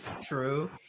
true